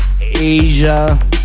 Asia